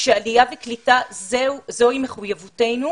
שעלייה וקליטה זוהי מחויבותנו.